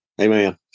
Amen